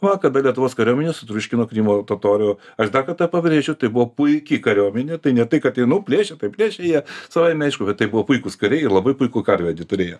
va kada lietuvos kariuomenė sutriuškino krymo totorių aš dar kartą pabrėžiu tai buvo puiki kariuomenė tai ne tai kat ji nu plėšė tai plėšė jie savaime aišku kad tai buvo puikūs kariai ir labai puikų karvedį turėjo